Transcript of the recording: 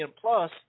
Plus